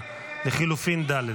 לחלופין ד'.